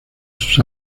sus